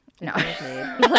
No